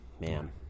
Man